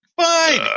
Fine